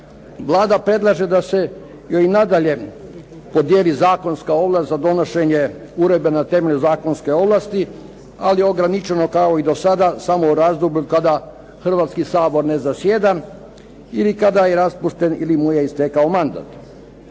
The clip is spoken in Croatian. Vlada predlaže da se i nadalje podijeli zakonska ovlast za donošenje uredbe na temelju zakonske ovlasti, ali ograničeno kao i dosada, samo u razdoblju kada hrvatski Sabor ne zasjeda ili kada je raspušten ili mu je istekao mandat.